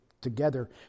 together